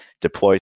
deploy